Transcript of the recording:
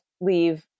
leave